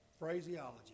Phraseology